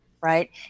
right